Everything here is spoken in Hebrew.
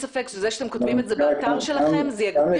גם לגבי עישון סיגריות זה התחיל מקמפיין